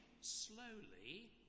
slowly